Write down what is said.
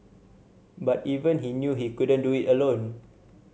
but even he knew he couldn't do it alone